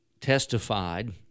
testified